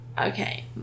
Okay